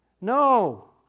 No